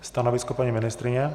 Stanovisko paní ministryně?